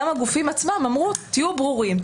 גם הגופים עצמם אמרו: תהיו ברורים,